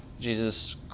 Jesus